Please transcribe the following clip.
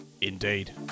indeed